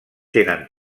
tenen